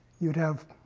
you'd have